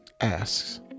asks